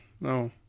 no